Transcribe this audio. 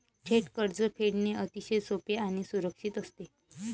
थेट कर्ज फेडणे अतिशय सोपे आणि सुरक्षित असते